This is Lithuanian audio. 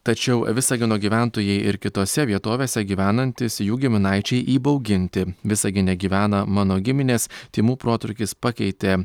tačiau visagino gyventojai ir kitose vietovėse gyvenantys jų giminaičiai įbauginti visagine gyvena mano giminės tymų protrūkis pakeitė